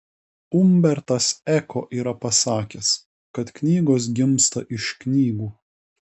umbertas eko yra pasakęs kad knygos gimsta iš knygų